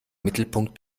mittelpunkt